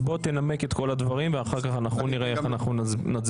תנמק את כל הדברים ואחר כך אנחנו נראה איך אנחנו נצביע,